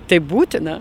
tai būtina